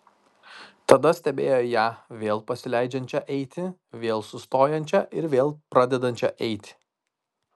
tada stebėjo ją vėl pasileidžiančią eiti vėl sustojančią ir vėl pradedančią eiti